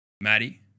Maddie